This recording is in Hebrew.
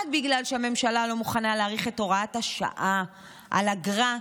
רק בגלל שהממשלה לא מוכנה להאריך את הוראת השעה על אגרה,